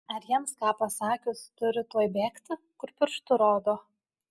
ar jiems ką pasakius turi tuoj bėgti kur pirštu rodo